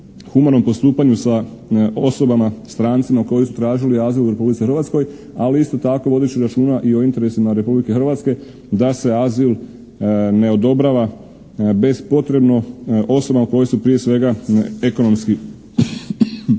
humanom postupanju sa osobama strancima koji su tražili azil u Republici Hrvatskoj ali isto tako vodeći računa i o interesima Republike Hrvatske da se azil ne odobrava bespotrebno osobama koje su prije svega ekonomski